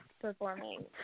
performing